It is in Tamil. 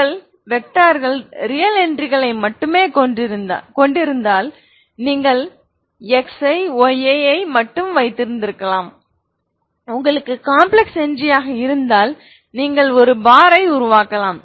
உங்கள் வெக்டார்கள் ரியல் என்ட்ரிகளை மட்டுமே கொண்டிருந்தால் நீங்கள் xiyi ஐ வைத்திருக்கலாம் உங்களுக்கு காம்ப்லெக்ஸ் என்ட்ரி இருந்தால் நீங்கள் ஒரு பார் ஐ உருவாக்கலாம்